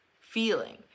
feeling